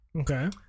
Okay